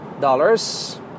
dollars